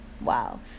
Wow